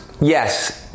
yes